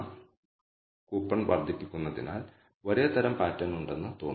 യൂണിറ്റുകളൊന്നും നന്നാക്കിയില്ലെങ്കിൽ ഈ sales repair വ്യക്തി സമയമെടുക്കരുതെന്ന് നമ്മൾക്കറിയാം